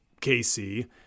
KC